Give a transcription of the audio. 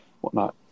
whatnot